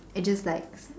it just like